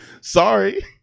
Sorry